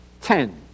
Ten